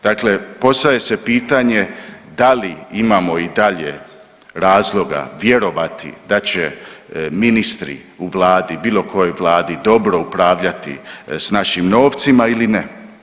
Dakle, postavlja se pitanje da li imamo i dalje razloga vjerovati da će ministri u vladi, bilo kojoj vladi dobro upravljati s našim novcima ili ne?